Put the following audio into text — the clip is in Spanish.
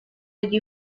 allí